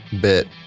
bit